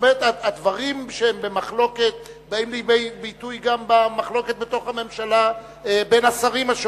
הדברים שבמחלוקת באים לידי ביטוי גם במחלוקת בתוך הממשלה בין השרים.